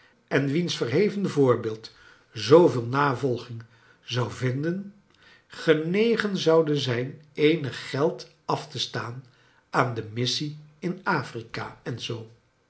en wiens verheven vocrbeeld zooveel navolging zou vinden genegen zoude zijn eenig geld af te staan aan de missie in afrika en zoo